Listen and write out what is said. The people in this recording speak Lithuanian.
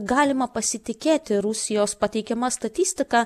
galima pasitikėti rusijos pateikiama statistika